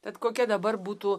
tad kokia dabar būtų